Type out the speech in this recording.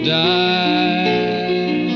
die